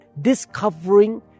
discovering